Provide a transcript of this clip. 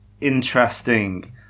interesting